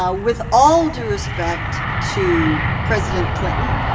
ah with all due respect to president clinton,